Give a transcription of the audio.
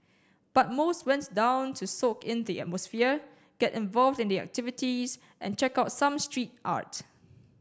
but most went down to soak in the atmosphere get involved in the activities and check out some street art